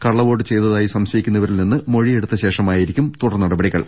കള്ളവോട്ട് ചെയ്തതായി സംശയിക്കുന്നവരിൽ നിന്ന് മൊഴി എടുത്തശേഷമായിരിക്കും തുടർ നടപടികൾ